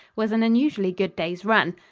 was an unusually good day's run.